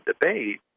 debate